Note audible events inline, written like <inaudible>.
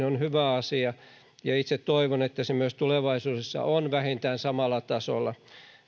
<unintelligible> on hyvä asia ja itse toivon että se myös tulevaisuudessa on vähintään samalla tasolla